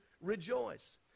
rejoice